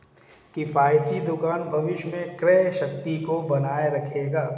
किफ़ायती दुकान भविष्य में क्रय शक्ति को बनाए रखेगा